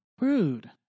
Rude